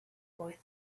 boy